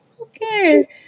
Okay